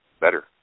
better